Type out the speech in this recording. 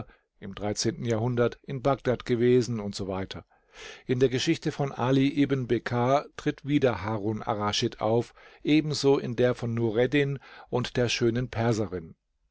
im dreizehnten jahrhundert in bagdad gewesen u s w in der geschichte von ali ibn bekar tritt wieder harun arraschid auf ebenso in der von nureddin und der schönen perserin